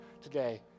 today